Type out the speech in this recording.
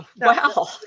Wow